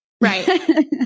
Right